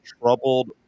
troubled